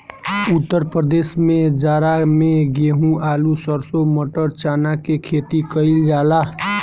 उत्तर प्रदेश में जाड़ा में गेंहू, आलू, सरसों, मटर, चना के खेती कईल जाला